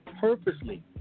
purposely